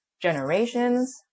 generations